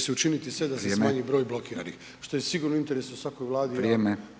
se učinit sve da se smanji broj blokiranih što je sigurno u interesu svakoj Vladi